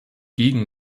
gegen